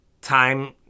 time